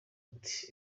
uti